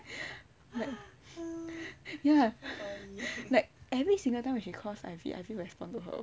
ya like every single time when she calls ivy ivy will respond to her